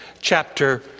chapter